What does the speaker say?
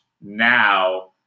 now